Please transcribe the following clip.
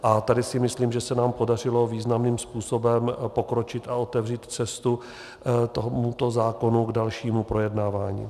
A tady si myslím, že se nám podařilo významným způsobem pokročit a otevřít cestu tomuto zákonu k dalšímu projednávání.